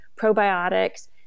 probiotics